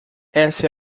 essa